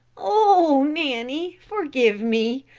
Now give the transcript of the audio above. oh, nanny, forgive me,